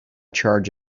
charge